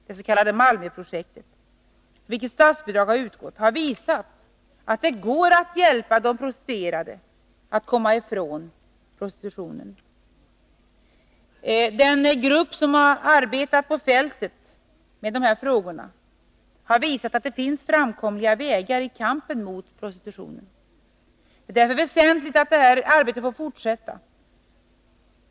Det s.k. Malmöprojektet, för vilket statsbidrag har utgått, har visat att det går att hjälpa de prostituerade att komma ifrån prostitutionen. Den grupp som har arbetat på fältet med de här frågorna har visat att det finns framkomliga vägar i kampen mot prostitutionen. Det är därför väsentligt att detta arbete får fortsätta.